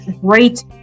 great